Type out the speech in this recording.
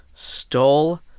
Stole